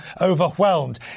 overwhelmed